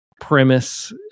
Premise